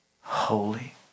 holy